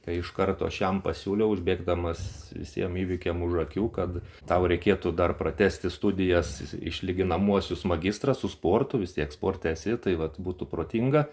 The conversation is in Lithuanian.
tai iš karto aš jam pasiūliau užbėgdamas visiem įvykiam už akių kad tau reikėtų dar pratęsti studijas išlyginamuosius magistrą su sportu vis tiek sporte esi tai vat būtų protinga